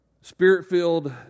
Spirit-filled